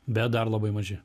bet dar labai maži